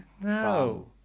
No